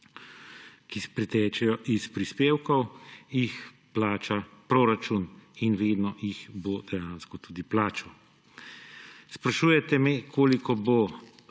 ki pritečejo iz prispevkov, jih plača proračun in vedno jih bo dejansko tudi plačal. Sprašujete me, koliko bo